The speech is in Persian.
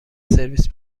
سرویس